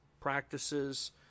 practices